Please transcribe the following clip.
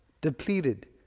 depleted